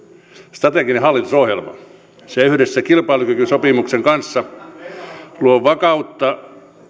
strateginen hallitusohjelma se yhdessä kilpailukykysopimuksen kanssa luo vakautta